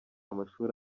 mashuri